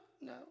no